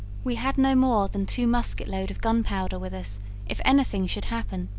we had no more than two musket load of gunpowder with us if any thing should happen